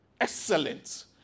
excellent